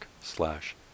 slash